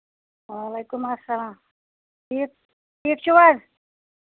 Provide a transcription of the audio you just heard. وعلیکُم اَسلام ٹھیٖک ٹھیٖک چھِو حظ